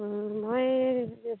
মই